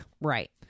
Right